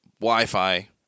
Wi-Fi